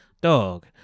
dog